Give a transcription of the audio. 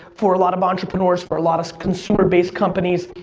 for a lot of entrepreneurs, for a lot of consumer based companies.